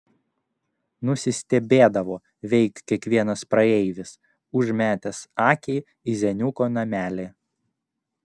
nusistebėdavo veik kiekvienas praeivis užmetęs akį į zeniuko namelį